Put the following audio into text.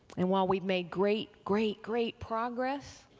and while we've made great, great, great progress